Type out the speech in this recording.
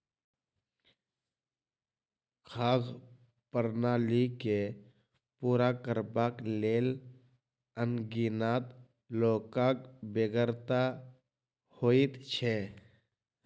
खाद्य प्रणाली के पूरा करबाक लेल अनगिनत लोकक बेगरता होइत छै